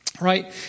Right